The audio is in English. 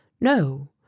No